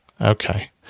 Okay